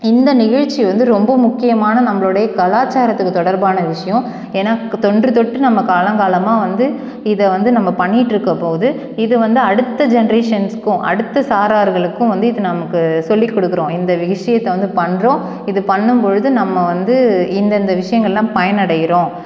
இந்த நிகழ்ச்சி வந்து ரொம்ப முக்கியமான நம்மளுடைய கலாச்சாரத்துக்கு தொடர்பான விஷயம் ஏன்னால் தொன்றுத்தொட்டு நம்ம காலங்காலமாக வந்து இதை வந்து நம்ம பண்ணிகிட்ருக்கம்போது இது வந்து அடுத்த ஜென்ரேஷன்ஸ்க்கும் அடுத்த சாரார்களுக்கும் வந்து வந்து இது நமக்கு சொல்லிக் கொடுக்குறோம் இந்த விஷயத்த வந்து பண்ணுறோம் இது பண்ணும்பொழுது நம்ம வந்து இந்தந்த விஷயங்கள்லாம் பயனடைகிறோம்